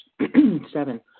Seven